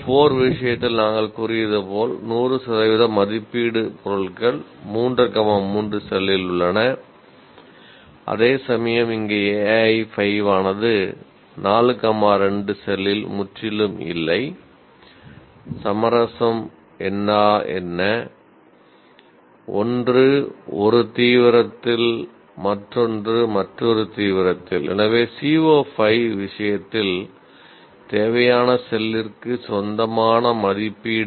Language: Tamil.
CO4 விஷயத்தில் நாங்கள் கூறியது போல் 100 சதவீத மதிப்பீடு